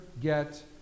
get